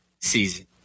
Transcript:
season